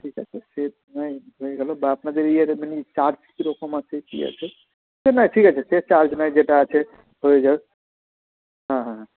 ঠিক আছে সে নায় হয়ে গেল বা আপনাদের এই ইয়ের মানে চার্জ কীরকম আছে কি আছে না না ঠিক আছে সে চার্জ নায় যেটা আছে হয়ে যাবে হ্যাঁ হ্যাঁ হ্যাঁ